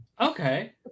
Okay